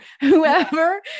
whoever